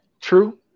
True